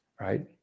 right